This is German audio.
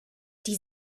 die